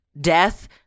death